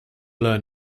learn